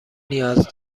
نیاز